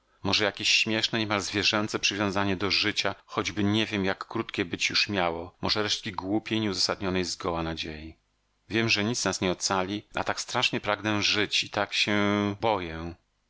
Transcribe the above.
może jakieś śmieszne niemal zwierzęce przywiązanie do życia choćby nie wiem jak krótkie być już miało może resztki głupiej nieuzasadnionej zgoła nadziei wiem że nic nas nie ocali a tak strasznie pragnę żyć i tak się boję